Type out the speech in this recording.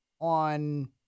on